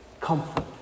comfort